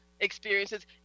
experiences